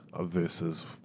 versus